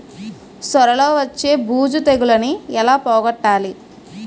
సొర లో వచ్చే బూజు తెగులని ఏల పోగొట్టాలి?